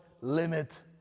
limit